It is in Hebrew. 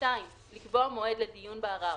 (2)לקבוע מועד לדיון בערר,